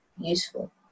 useful